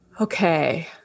Okay